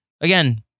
Again